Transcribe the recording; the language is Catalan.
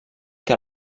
que